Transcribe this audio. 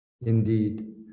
Indeed